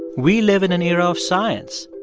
we live in an era of science,